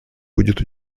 будет